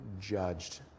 judged